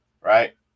right